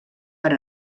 per